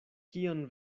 kion